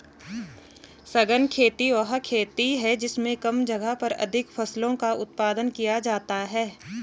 सघन खेती वह खेती है जिसमें कम जगह पर अधिक फसलों का उत्पादन किया जाता है